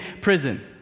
prison